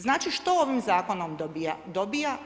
Znači, što ovim Zakonom dobivamo?